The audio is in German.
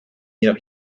jedoch